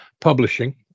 publishing